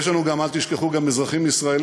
יש לנו גם, אל תשכחו, אזרחים ישראלים